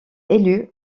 élu